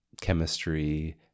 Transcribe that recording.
Chemistry